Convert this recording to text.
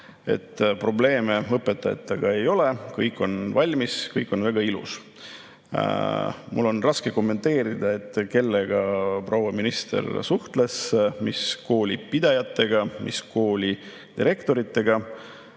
ei ole õpetajatega probleeme, kõik on valmis, kõik on väga ilus. Mul on raske kommenteerida, kellega proua minister suhtles, mis koolipidajatega, mis koolidirektoritega.